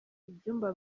ibyumba